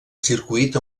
circuit